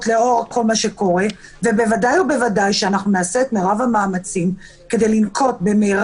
לאור כל מה שקורה ובוודאי ובוודאי שנעשה את מרב המאמצים כדי לנקוט בכל